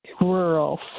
Rural